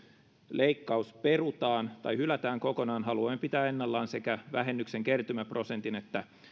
leikkaus perutaan tai hylätään kokonaan haluamme pitää ennallaan sekä vähennyksen kertymäprosentin että